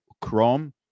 chrome